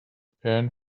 pan